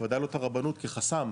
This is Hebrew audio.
ודאי לא את הרבנות, כחסם.